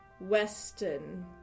Western